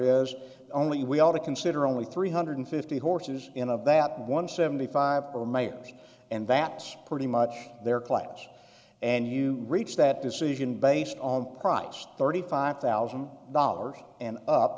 is only we ought to consider only three hundred fifty horses in of that one seventy five for mayor and that's pretty much their class and you reach that decision based on price thirty five thousand dollars and up